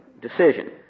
decision